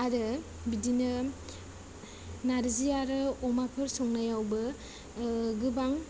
आरो बिदिनो नारजि आरो अमाफोर संनायावबो गोबां